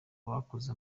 bakoze